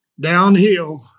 downhill